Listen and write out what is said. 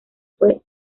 fue